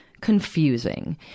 confusing